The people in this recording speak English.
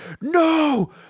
No